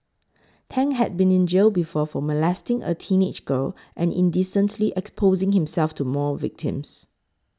Tang had been in jail before for molesting a teenage girl and indecently exposing himself to more victims